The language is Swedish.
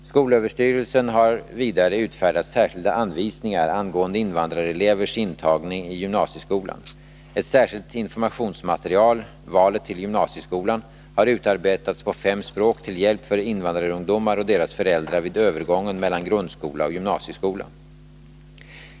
Skolöverstyrelsen har vidare utfärdat särskilda anvisningar angående invandrarelevernas intagning i gymnasieskolan. Ett särskilt informationsmaterial, ”Valet till gymnasieskolan”, har utarbetats på fem språk till hjälp för invandrarungdomar och deras föräldrar vid övergången mellan grundskola och gymnasieskola.